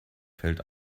fällt